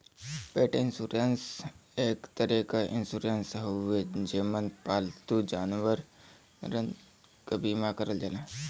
पेट इन्शुरन्स एक तरे क इन्शुरन्स हउवे जेमन पालतू जानवरन क बीमा करल जाला